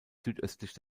südöstlich